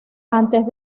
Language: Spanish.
antes